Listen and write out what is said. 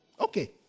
Okay